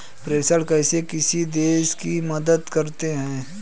प्रेषण कैसे किसी देश की मदद करते हैं?